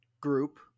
group